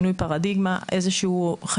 איזה שהוא שינוי פרדיגמה,